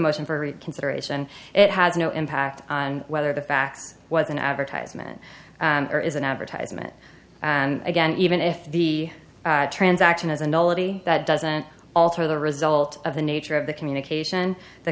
motion for reconsideration and it has no impact on whether the fact was an advertisement or is an advertisement and again even if the transaction is and that doesn't alter the result of the nature of the communication the